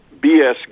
BS